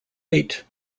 eight